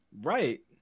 right